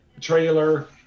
trailer